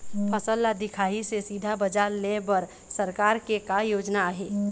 फसल ला दिखाही से सीधा बजार लेय बर सरकार के का योजना आहे?